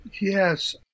Yes